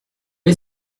est